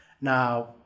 Now